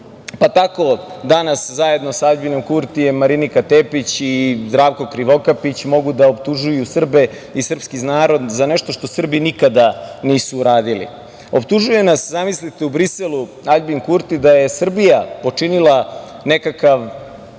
pa tako danas zajedno sa Aljbinom Kurtijem Marinika Tepić i Zdravko Krivokapić mogu da optužuju Srbe i srpski narod za nešto što Srbi nikada nisu uradili. Optužuje nas, zamislite u Briselu, Aljbin Kurti da je Srbija počinila nekakav